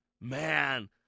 Man